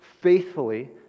faithfully